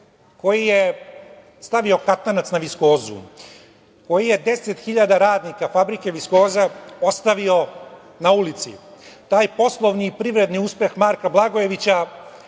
koji je stavio katanac na „Viskozu“, koji je 10.000 radnika fabrike „Viskoza“ ostavio na ulici. Taj poslovni i privredni uspeh Marka Blagojevića